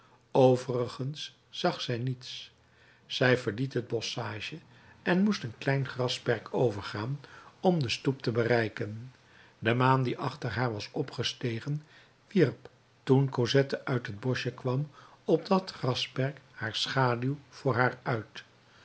overigens zag zij niets zij verliet het bosschage en moest een klein grasperk overgaan om de stoep te bereiken de maan die achter haar was opgestegen wierp toen cosette uit het boschje kwam op dat grasperk haar schaduw voor haar uit